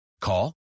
Call